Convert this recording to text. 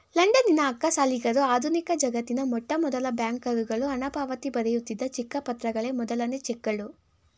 ಲಂಡನ್ನಿನ ಅಕ್ಕಸಾಲಿಗರು ಆಧುನಿಕಜಗತ್ತಿನ ಮೊಟ್ಟಮೊದಲ ಬ್ಯಾಂಕರುಗಳು ಹಣದಪಾವತಿ ಬರೆಯುತ್ತಿದ್ದ ಚಿಕ್ಕ ಪತ್ರಗಳೇ ಮೊದಲನೇ ಚೆಕ್ಗಳು